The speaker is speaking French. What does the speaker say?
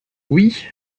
oui